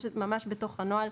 יש בתוך הנוהל,